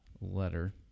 letter